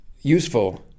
useful